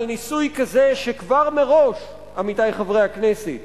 אבל ניסוי כזה, כבר מראש, עמיתי חברי הכנסת,